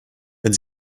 wenn